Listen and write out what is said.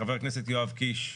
חבר הכנסת יואב קיש,